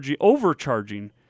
overcharging